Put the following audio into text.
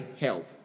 help